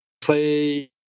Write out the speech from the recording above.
play